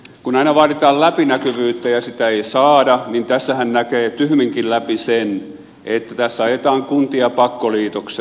kun aina vaaditaan läpinäkyvyyttä ja sitä ei saada niin tässähän näkee tyhminkin läpi sen että tässä ajetaan kuntia pakkoliitokseen